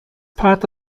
part